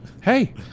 Hey